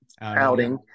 outing